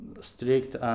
strict